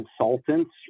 consultants